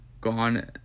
gone